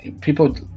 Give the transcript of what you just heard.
people